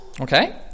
Okay